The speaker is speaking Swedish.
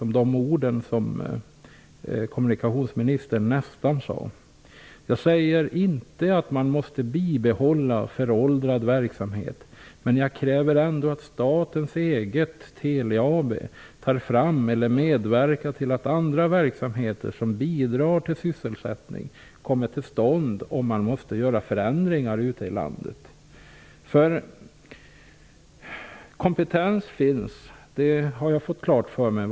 Man måste inte bibehålla en föråldrad verksamhet, men jag kräver ändå att statens Telia AB tar fram, eller medverkar till att, andra verksamheter som bidrar till att sysselsättning kommer till stånd om det måste göras förändringar ute i landet. Vad gäller enheten i Falun finns det kompetens; det har jag fått klart för mig.